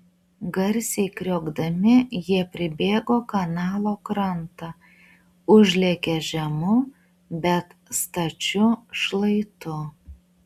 garsiai kriokdami jie pribėgo kanalo krantą užlėkė žemu bet stačiu šlaitu